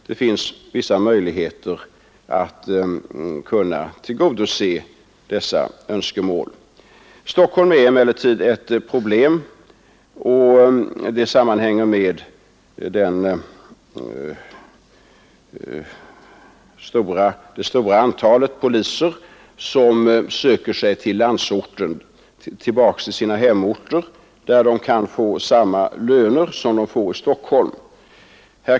Det finns vissa möjligheter att kunna tillgodose dessa önskemål. Stockholm är emellertid ett problem. Detta sammanhänger med det stora antal poliser som söker sig tillbaka till sina hemorter, där de kan få samma löner som de kan få i Stockholm.